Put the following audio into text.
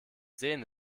sehen